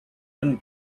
when